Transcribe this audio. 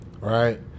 right